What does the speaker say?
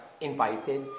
invited